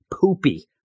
poopy